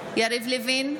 יריב לוין,